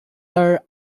are